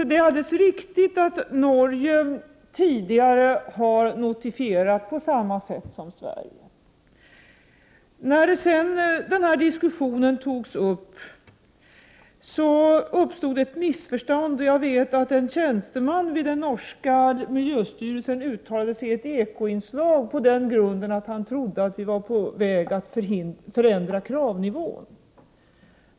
Det är alldeles riktigt att Norge tidigare har notifierat på samma sätt som Sverige. När denna diskussion sedan togs upp uppstod ett missförstånd. Och jag vet att en tjänsteman vid den norska miljöstyrelsen uttalade sig i ett Ekoinslag på den grunden att han trodde att vi var på väg att förändra kravnivån.